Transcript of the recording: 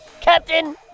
Captain